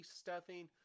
stuffing